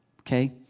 okay